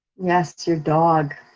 yes, your dog.